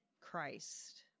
Christ